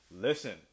Listen